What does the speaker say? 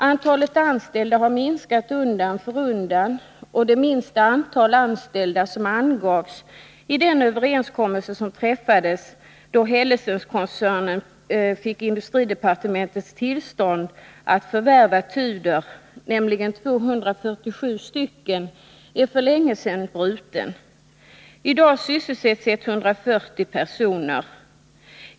Antalet anställda har minskat undan för undan, och den överenskommelse om minsta antal anställda — 247 personer — som träffades då Hellesenskoncernen fick industridepartementets tillstånd att förvärva Tudor är för länge sedan bruten. I dag sysselsätts 140 personer.